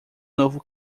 novo